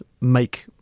make